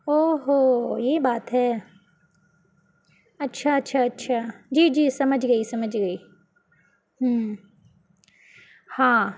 او ہو یہ بات ہے اچھا اچھا اچھا جی جی سمجھ گئی سمجھ گئی ہاں